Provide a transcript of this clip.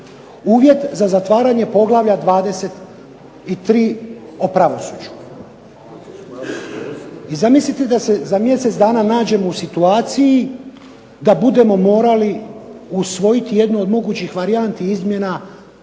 uvjet za zatvaranje Poglavlja 23. o pravosuđu i zamislite da se za mjesec dana nađemo u situaciji da budemo morali usvojiti jednu od mogućih varijanti izmjena